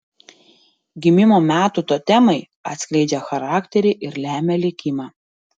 gimimo metų totemai atskleidžia charakterį ir lemia likimą